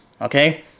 okay